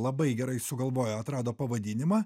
labai gerai sugalvojo atrado pavadinimą